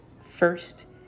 first